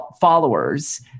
followers